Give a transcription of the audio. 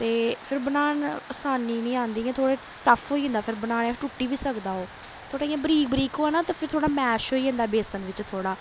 ते ओह् फिर बनाना आसानी निं औंदी इ'यां थोह्ड़ा टफ्फ होई जंदा फिर बनाने टुट्टी बी सकदा ओह् थोह्ड़ा इ'यां बरीक बरीक होऐ ना ते फिर थोह्ड़ा मैश होई जंदा बेसन बिच्च थोह्ड़ा